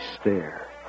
stare